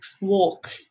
walk